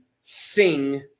sing